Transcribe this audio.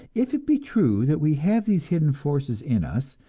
if it be true that we have these hidden forces in us,